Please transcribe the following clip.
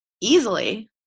easily